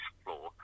floor